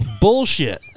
Bullshit